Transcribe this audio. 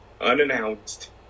unannounced